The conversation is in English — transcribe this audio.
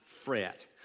fret